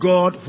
God